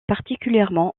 particulièrement